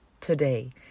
today